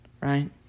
right